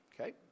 Okay